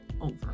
over